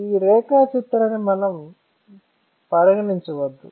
ఈ రేఖాచిత్రాన్ని మనం పరిగణించ వద్దు